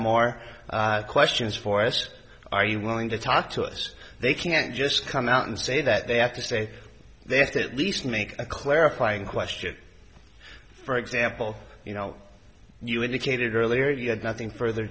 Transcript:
more questions for us are you willing to talk to us they can't just come out and say that they have to say they asked at least make a clarifying question for example you know you indicated earlier you had nothing further